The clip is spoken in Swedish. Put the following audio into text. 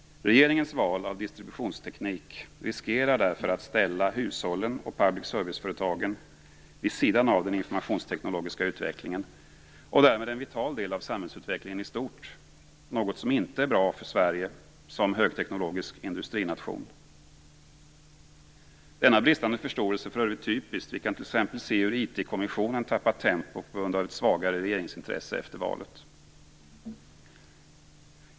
Regeringens val av distributionsteknik riskerar därför att ställa hushållen och public service-företagen vid sidan av den informationsteknologiska utvecklingen och därmed en vital del av samhällsutvecklingen i stort, något som inte är bra för Sverige som högteknologisk industrination. Denna bristande förståelse är för övrigt typisk. Vi kan t.ex. se hur IT-kommissionen har tappat tempo på grund av svagare regeringsintresse efter valet.